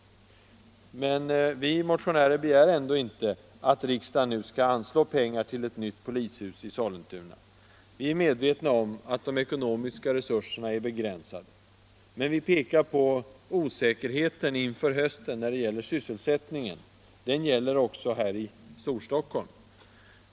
Vi motionärer begär ändå inte att riksdagen nu skall anslå pengar till ett nytt polishus i Sollentuna. Vi är medvetna om att de ekonomiska resurserna är begränsade. Men vi pekar på osäkerheten inför hösten när det gäller sysselsättningen. Den finns också här i Storstockholm.